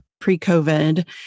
pre-COVID